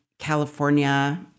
California